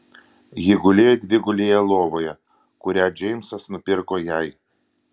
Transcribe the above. ji gulėjo dvigulėje lovoje kurią džeimsas nupirko jai